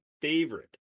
favorite